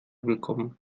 willkommen